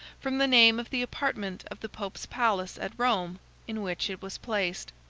from the name of the apartment of the pope's palace at rome in which it was placed.